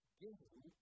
giving